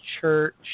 church